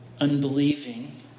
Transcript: unbelieving